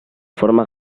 forma